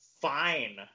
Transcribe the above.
fine